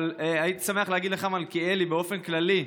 אבל הייתי שמח להגיד לך באופן כללי,